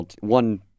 One